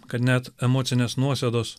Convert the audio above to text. kad net emocinės nuosėdos